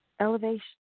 elevation